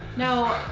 no,